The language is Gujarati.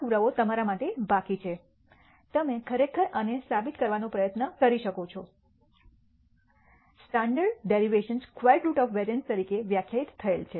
આ પુરાવો તમારા માટે બાકી છે તમે ખરેખર આને સાબિત કરવાનો પ્રયાસ કરી શકો છો standard derivation squared root of variance તરીકે વ્યાખ્યાયિત થયેલ છે